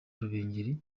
rubengera